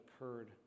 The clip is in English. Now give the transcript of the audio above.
occurred